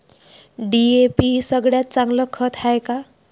DAP सगळ्यात चांगलं खत हाये का?